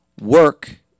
Work